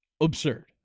absurd